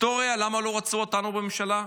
היסטוריה למה לא רצו אותנו בממשלה,